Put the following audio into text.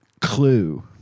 Clue